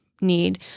need